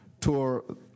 tour